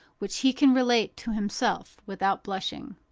which he can relate to himself without blushing.